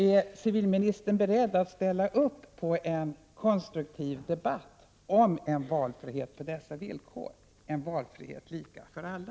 Är civilministern beredd att ställa upp på en konstruktiv debatt om en valfrihet på dessa villkor, en valfrihet lika för alla?